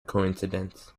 coincidence